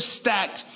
stacked